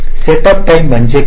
setup time म्हणजे काय